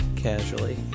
Casually